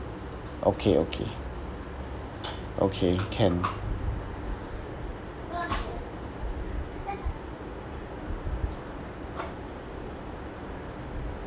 okay okay okay can